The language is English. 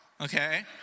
Okay